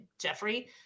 jeffrey